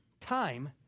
time